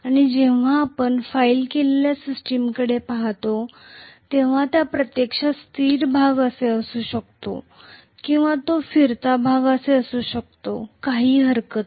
आणि जेव्हा आपण फाइल केलेल्या सिस्टमकडे पहातो तेव्हा हा प्रत्यक्षात स्थिर भाग असू शकतो किंवा तो फिरता भाग असू शकतो काही हरकत नाही